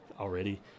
already